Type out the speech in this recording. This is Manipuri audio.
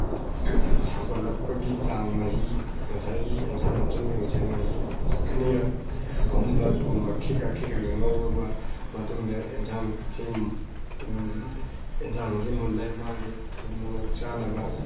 ꯁꯧꯒꯠꯂꯛꯄꯒꯤ ꯆꯥꯡ ꯃꯍꯤ ꯉꯁꯥꯏꯒꯤ ꯏꯟꯁꯥꯡꯗ ꯍꯥꯞꯆꯤꯟꯈꯤꯕꯁꯦ ꯃꯍꯤ ꯑꯅꯤꯔꯛ ꯑꯍꯨꯝꯂꯛꯀꯨꯝꯕ ꯈꯤꯛꯑ ꯈꯤꯛꯑꯒ ꯉꯧꯔꯕ ꯃꯇꯨꯡꯗ ꯏꯟꯁꯥꯡꯁꯤ ꯏꯟꯁꯥꯡꯁꯤ ꯃꯨꯜꯂꯦ ꯃꯥꯒꯤ ꯊꯨꯝ ꯃꯣꯔꯣꯛ ꯆꯥꯟꯅꯕ